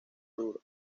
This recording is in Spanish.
duro